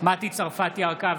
מטי צרפתי הרכבי,